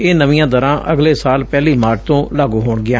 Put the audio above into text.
ਇਹ ਨਵੀਆਂ ਦਰਾਂ ਅਗਲੇ ਸਾਲ ਪਹਿਲੀ ਮਾਰਚ ਤੋਂ ਲਾਗੁ ਹੋਣਗੀਆਂ